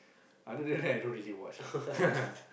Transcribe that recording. other than that I don't really watch lah